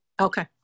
okay